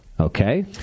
Okay